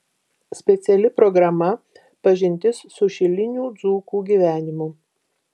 speciali programa pažintis su šilinių dzūkų gyvenimu